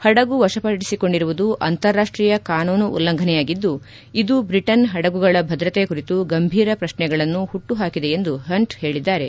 ಹದಗು ವಶಪದಿಸಿಕೊಂಡಿರುವುದು ಅಂತಾರಾಷ್ಟೀಯ ಕಾನೂನು ಉಲ್ಲಂಘನೆಯಾಗಿದ್ದು ಇದು ಬ್ರಿಟನ್ ಹಡಗುಗಳ ಭದ್ರತೆ ಕುರಿತು ಗಂಭೀರ ಪ್ರಶ್ನೆಗಳನ್ನು ಹುಟ್ಟು ಹಾಕಿದೆ ಎಂದು ಹಂಟ್ ಹೇಳಿದ್ದಾರೆ